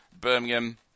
Birmingham